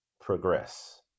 progress